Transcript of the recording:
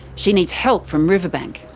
she needs help from riverbank.